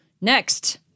Next